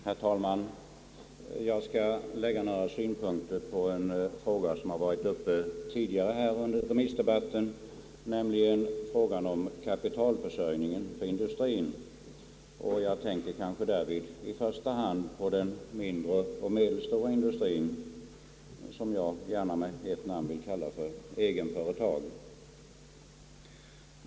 Herr talman! Jag skall lägga några synpunkter på en fråga som varit uppe tidigare under remissdebatten, nämligen frågan om kapitalförsörjningen för industrien, och jag tänker därvid i första hand på den mindre och medelstora industrien, som jag med ett namn vill kalla för egenföretag.